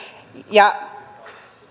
ja